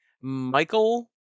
Michael